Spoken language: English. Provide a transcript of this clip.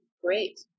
great